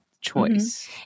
choice